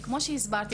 כמו שהסברתי,